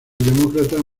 demócrata